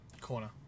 corner